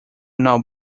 now